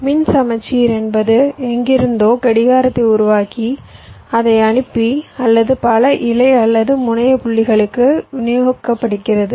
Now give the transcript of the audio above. மின் சமச்சீர் என்பது எங்கிருந்தோ கடிகாரத்தை உருவாக்கி அதை அனுப்பி அல்லது பல இலை அல்லது முனைய புள்ளிகளுக்கு விநியோகிக்கப்படுகிறது